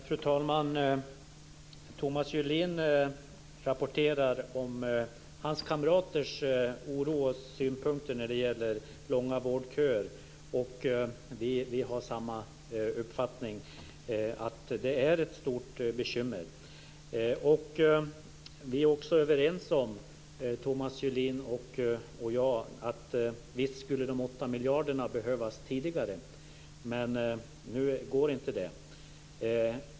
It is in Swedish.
Fru talman! Thomas Julin rapporterar om sina kamraters oro och synpunkter när det gäller långa vårdköer. Vi har samma uppfattning. Det är ett stort bekymmer. Thomas Julin och jag är också överens om att de 8 miljarderna skulle ha behövts tidigare. Nu går inte det.